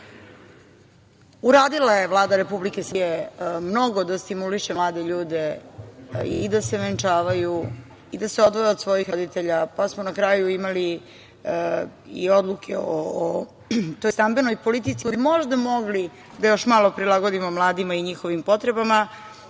pitanju. Uradila je Vlada Republike Srbije mnogo da stimuliše mlade ljude i da se venčavaju i da se odvoje od svojih roditelja, pa smo na kraju imali i odluke o toj stambenoj politici koju bi možda mogli još malo da prilagodimo mladima i njihovim potrebama